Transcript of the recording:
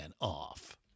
off